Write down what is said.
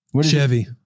Chevy